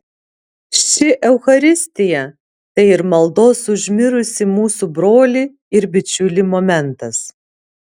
ši eucharistija tai ir maldos už mirusį mūsų brolį ir bičiulį momentas